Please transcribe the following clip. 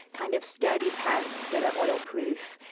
kind of sturdy pants that are oil-proof,